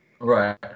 right